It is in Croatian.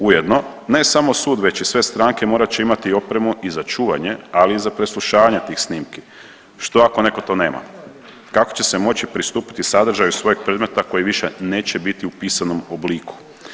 Ujedno, ne samo sud već i sve stranke morat će imati i opremu i za čuvanje, ali i za preslušavanje tih snimki, što ako neko to nema kako će se moći pristupiti sadržaju svojeg predmeta koji više neće biti u pisanom obliku.